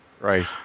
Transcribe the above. Right